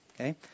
okay